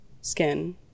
skin